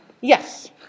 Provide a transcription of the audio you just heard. Yes